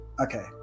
Okay